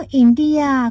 india